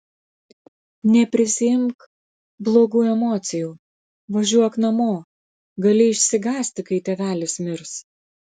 neprisiimk blogų emocijų važiuok namo gali išsigąsti kai tėvelis mirs